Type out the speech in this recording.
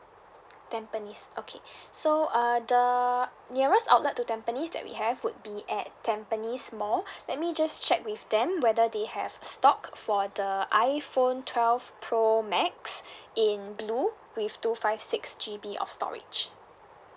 tampines okay so uh the nearest outlet to tampines that we have would be at tampines mall let me just check with them whether they have stock for the iphone twelve pro max in blue with two five six G_B of storage